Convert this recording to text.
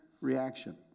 reaction